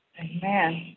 Amen